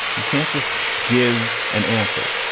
you can't just give an answer.